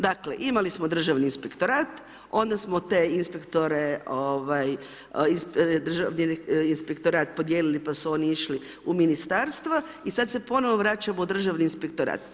Dakle, imali smo Državni inspektorat onda smo te inspektore, inspektorat podijelili pa su oni išli u ministarstva i sada se ponovno vraćamo u Državni inspektorat.